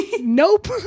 nope